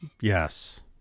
Yes